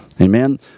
amen